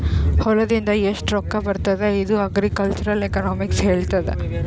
ಹೊಲಾದಿಂದ್ ಎಷ್ಟು ರೊಕ್ಕಾ ಬರ್ತುದ್ ಇದು ಅಗ್ರಿಕಲ್ಚರಲ್ ಎಕನಾಮಿಕ್ಸ್ ಹೆಳ್ತುದ್